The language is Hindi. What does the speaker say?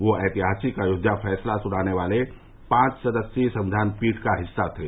वे ऐतिहासिक अयोध्या फैसला सुनाने वाली पांच सदस्यीय संविधान पीठ का हिस्सा थे